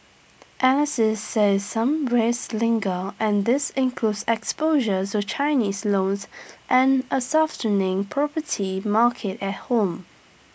analysts say some risks linger and these includes exposure to Chinese loans and A softening property market at home